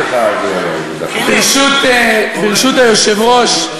ברשות היושב-ראש,